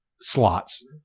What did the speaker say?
slots